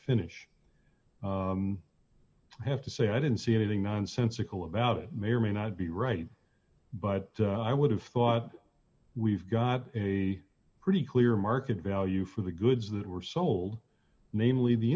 finish i have to say i didn't see anything nonsensical about it may or may not be right but i would have thought we've got a pretty clear market value for the goods that were sold namely the